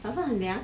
打算很凉 suan hen liang